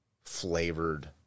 flavored